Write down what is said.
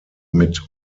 mit